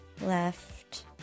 left